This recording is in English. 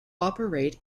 operate